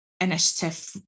initiative